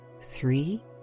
three